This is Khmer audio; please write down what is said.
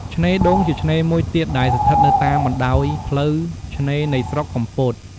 ឆ្នេរដូង ជាឆ្នេរមួយទៀតដែលស្ថិតនៅតាមបណ្ដោយផ្លូវឆ្នេរនៃស្រុកកំពត។